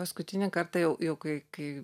paskutinį kartą jau jau kai kai